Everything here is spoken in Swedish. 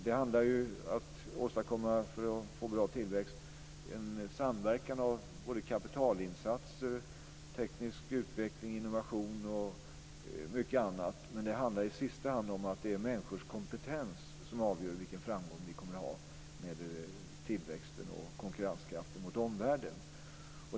Det handlar för att få bra tillväxt om en samverkan av kapitalinsatser, teknisk utveckling, innovation och mycket annat. Men det handlar i sista hand om att det är människors kompetens som avgör vilken framgång vi kommer att ha när det gäller tillväxten och konkurrenskraften mot omvärlden.